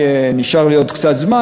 נשאר לי עוד קצת זמן,